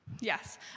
yes